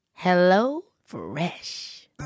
HelloFresh